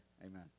Amen